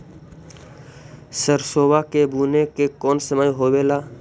सरसोबा के बुने के कौन समय होबे ला?